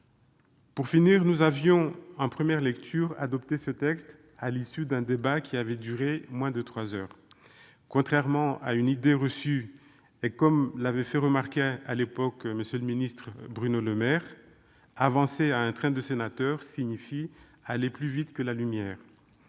de loi. Nous avions, en première lecture, adopté ce texte à l'issue d'un débat qui avait duré moins de trois heures. Contrairement à une idée reçue, et comme l'avait fait remarquer à l'époque M. le ministre Bruno Le Maire, avancer à un train de sénateur signifie aller plus vite que la lumière.